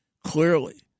Clearly